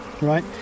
right